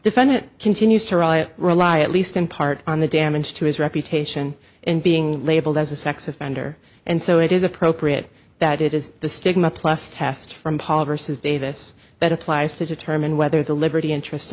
defendant continues to reliant least in part on the damage to his reputation and being labelled as a sex offender and so it is appropriate that it is the stigma plus test from paul versus davis that applies to determine whether the liberty interest